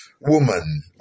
woman